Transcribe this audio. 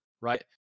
right